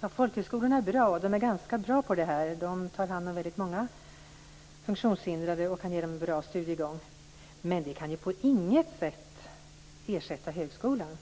Fru talman! Folkhögskolorna är ganska bra på detta. De tar hand om väldigt många funktionshindrade och kan ge dem en bra studiegång, men de kan på inget sätt ersätta högskolan.